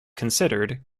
considered